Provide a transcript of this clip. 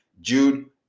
Jude